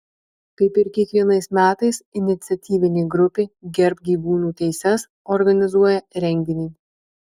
kaip ir kiekvienais metais iniciatyvinė grupė gerbk gyvūnų teises organizuoja renginį